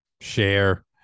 share